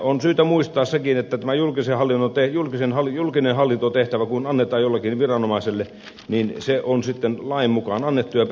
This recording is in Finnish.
on syytä muistaa sekin että kun tämä julkinen hallintotehtävä annetaan jollekin viranomaiselle niin se on sitten lain mukaan annettu